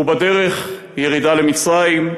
ובדרך ירידה למצרים,